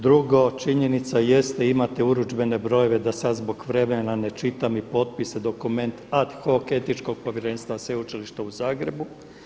Drugo, činjenica jeste imate urudžbene brojeve da sad zbog vremena ne čitam i potpise dokumenat ad hoc Etičkog povjerenstva Sveučilišta u Zagrebu.